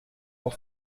pour